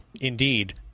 Indeed